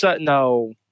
No